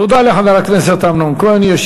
תודה לחבר הכנסת אמנון כהן.